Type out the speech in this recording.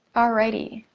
alrighty.